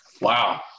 Wow